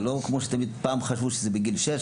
זה לא כמו שפעם חשבו שזה מגיל שש,